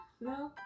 no